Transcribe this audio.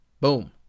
boom